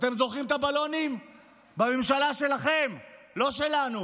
אתם זוכרים את הבלונים בממשלה, שלכם, לא שלנו?